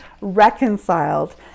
reconciled